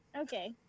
Okay